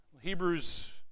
Hebrews